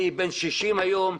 אני בן 60 היום,